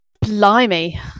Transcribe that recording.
Blimey